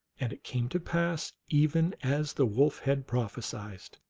and it came to pass even as the wolf had prophesied.